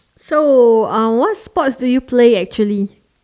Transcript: so uh what sports do you play actually